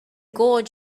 god